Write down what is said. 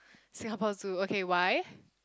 Singapore-Zoo okay why